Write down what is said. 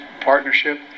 partnership